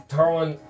Tarwin